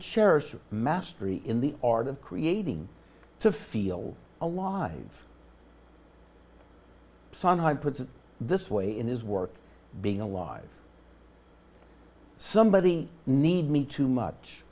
cherish mastery in the art of creating to feel alive sondheim puts it this way in his work being alive somebody need me too much